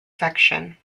section